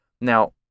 Now